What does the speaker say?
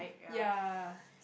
ya